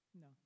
No